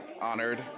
honored